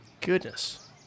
Goodness